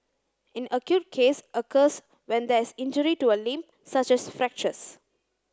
an acute case occurs when there is injury to a limb such as fractures